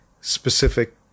specific